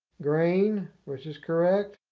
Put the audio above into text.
grain. which is correct.